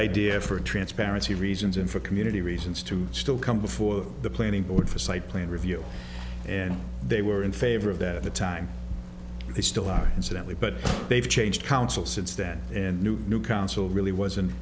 idea for transparency reasons and for community reasons to still come before the planning board for site plan review and they were in favor of that at the time they still are incidentally but they've changed council since then and new new council really wasn't